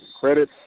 Credit